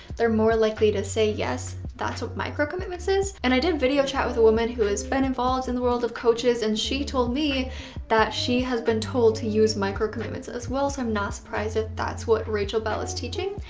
they're more likely to say yes. what's what micro commitmenta is. and i did video chat with a woman who has been involved in the world of coaches and she told me that she has been told to use micro commitments as well. so i'm not surprised if that's what rachel bell is teaching.